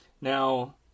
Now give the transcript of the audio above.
Now